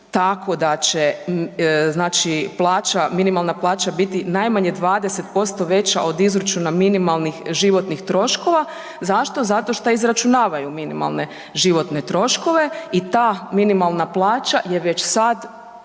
znači plaća, minimalna plaća biti najmanje 20% veća od izračuna minimalnih životnih troškova. Zašto? Zato šta izračunavaju minimalne troškove. I ta minimalna plaća je već sad